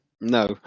No